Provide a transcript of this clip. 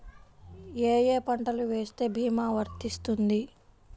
ఏ ఏ పంటలు వేస్తే భీమా వర్తిస్తుంది?